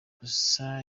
gusa